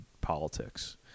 politics